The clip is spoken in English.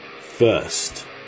First